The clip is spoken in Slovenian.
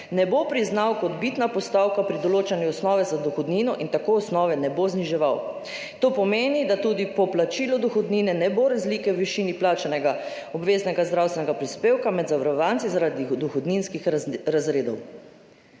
ne bo priznal kot odbitna postavka pri določanju osnove za dohodnino in tako osnove ne bo zniževal. To pomeni, da tudi po plačilu dohodnine ne bo razlike v višini plačanega obveznega zdravstvenega prispevka med zavarovanci zaradi dohodninskih razredov.«